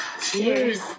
Cheers